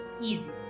easy